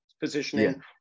positioning